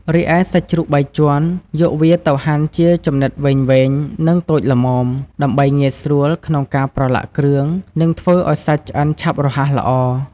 រីឯ សាច់ជ្រូកបីជាន់យកវាទៅហាន់ជាចំណិតវែងៗ និងតូចល្មម ដើម្បីងាយស្រួលក្នុងការប្រឡាក់គ្រឿង និងធ្វើឲ្យសាច់ឆ្អិនឆាប់រហ័សល្អ ។